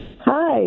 Hi